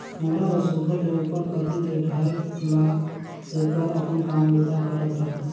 खोम्हरा ल सुग्घर ले उपर कती ले ढाएक ला तेकर अपन काम बूता करत रहा